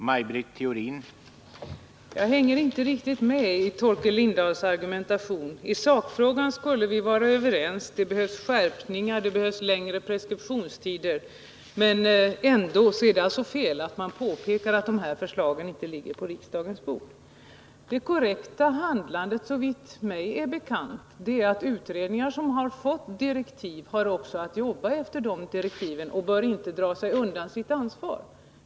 Herr talman! Jag hänger inte riktigt med i Torkel Lindahls argumentering. I sakfrågan skulle vi vara överens. Det behövs skärpningar. Det behövs längre preskriptionstider. Men ändå är det fel att man påpekar att de här förslagen — Nr 33 inte ligger på riksdagens bord. Onsdagen den Det korrekta handlandet, såvitt mig är bekant, är att utredningar som har 21 november 1979 fått direktiv skall jobba efter de direktiven och inte dra sig undan sitt ansvar.